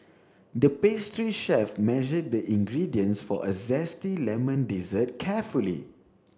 the pastry chef measured the ingredients for a zesty lemon dessert carefully